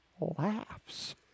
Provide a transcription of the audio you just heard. laughs